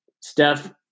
Steph